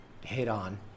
hit-on